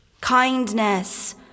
Kindness